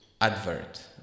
advert